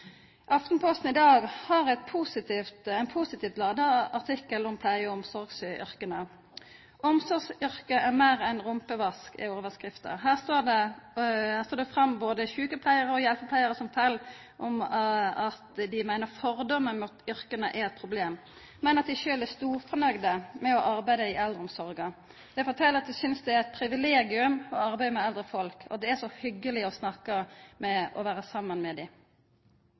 Aftenposten i dag har ein positivt ladd artikkel om pleie- og omsorgsyrka. Omsorgsyrke er meir enn rumpevask, er overskrifta. Her står det fram både sjukepleiarar og hjelpepleiarar som fortel at dei meiner fordommar mot yrka er eit problem, men at dei sjølve er storfornøgde med å arbeida i eldreomsorga. Dei fortel at dei synest det er «et privilegium å arbeide med gamle folk, det er så hyggelig å snakke og være sammen med dem». Ei nødvendig endring er å